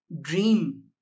dream